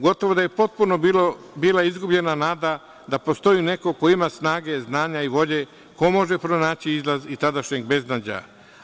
Gotovo da je potpuno bila izgubljena nada da postoji neko ko ima snage, znanja i volje, ko može pronaći izlaz iz tadašnjeg beznađa.